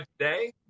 today